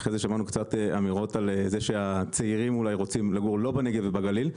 שמענו אמירות על זה שצעירים רוצים לגור לא בנגב ובגליל,